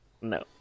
No